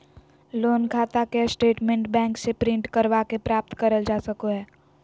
loan खाता के statement bank से प्रिंट करवा के प्राप्त करल जा सको हय